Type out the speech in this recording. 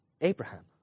abraham